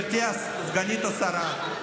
גברתי סגנית השרה,